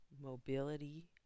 mobility